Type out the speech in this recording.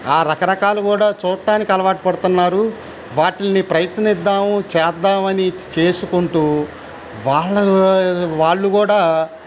ఆ రకరకాలు కూడా చూట్టానికి అలవాటుపడుతున్నారు వాటిల్ని ప్రయత్నిద్దాం చేద్దాం అని చేసుకుంటూ వాళ్ళలో వాళ్లు కూడా